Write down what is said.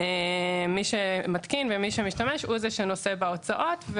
מי שמתקין ומי שמשתמש, הוא זה שנושא בהוצאות.